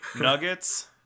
nuggets